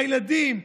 לילדים,